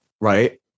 right